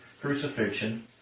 crucifixion